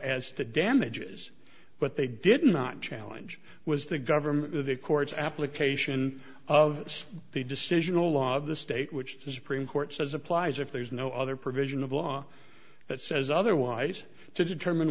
as to damages but they did not challenge was the government the courts application of the decisional law of the state which the supreme court says applies if there's no other provision of law that says otherwise to determine